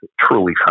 Truly